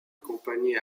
compagnie